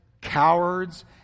cowards